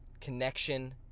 connection